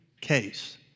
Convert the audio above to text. case